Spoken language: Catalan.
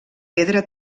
pedra